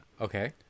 Okay